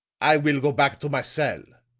i will go back to my cell,